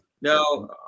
Now